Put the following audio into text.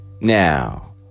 Now